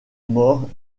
morts